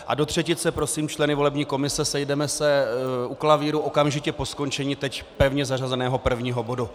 A do třetice prosím členy volební komise, sejdeme se u klavíru okamžitě po skončení teď pevně zařazeného prvního bodu.